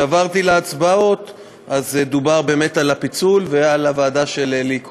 חבר'ה, אנחנו הצבענו על הפיצולים עכשיו,